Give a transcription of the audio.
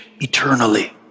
eternally